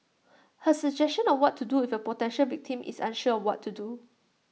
her suggestion on what to do if A potential victim is unsure of what to do